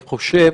אני חושב